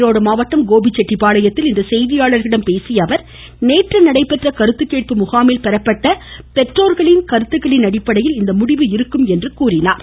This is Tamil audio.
ஈரோடு மாவட்டம் கோபிசெட்டிபாளையத்தில் இன்று செய்தியாளர்களிடம் பேசிய அவர் நேற்று நடைபெற்ற கருத்துக்கேட்பு முகாமில் பெறப்பட்ட பெற்றோர்களின் கருத்துக்களின் அடிப்படையில் இந்த முடிவு இருக்கும் என்றும் கூறினார்